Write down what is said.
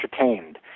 entertained